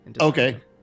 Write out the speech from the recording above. Okay